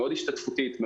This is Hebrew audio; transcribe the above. מאוד השתתפותית.